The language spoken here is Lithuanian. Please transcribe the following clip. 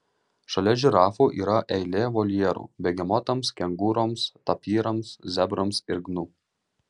šalia žirafų yra eilė voljerų begemotams kengūroms tapyrams zebrams ir gnu